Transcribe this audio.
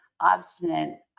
obstinate